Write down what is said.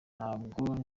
ntabwo